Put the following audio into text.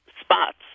spots